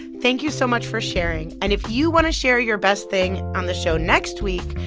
thank you so much for sharing. and if you want to share your best thing on the show next week,